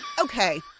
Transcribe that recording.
okay